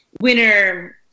winner